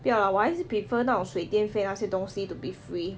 不要啦我还是 prefer 那种水电费那些东西 to be free